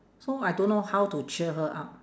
so I don't know how to cheer her up